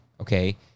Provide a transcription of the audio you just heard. okay